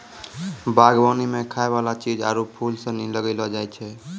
बागवानी मे खाय वाला चीज आरु फूल सनी लगैलो जाय छै